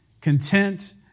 content